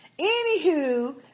Anywho